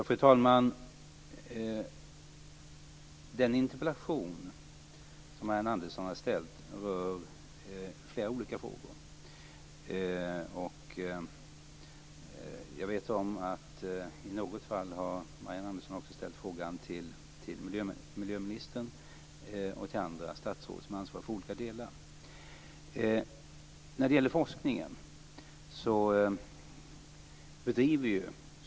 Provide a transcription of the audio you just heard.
Fru talman! Den interpellation som Marianne Andersson har ställt rör flera olika frågor. Jag vet att Marianne Andersson också har ställt frågan till miljöministern och till andra statsråd som ansvarar för olika delar av detta.